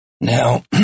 Now